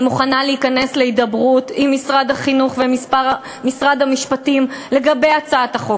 אני מוכנה להיכנס להידברות עם משרד החינוך ומשרד המשפטים לגבי הצעת החוק